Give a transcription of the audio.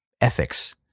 ethics